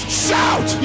shout